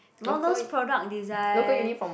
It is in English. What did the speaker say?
all those product design